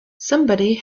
somebody